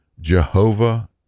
jehovah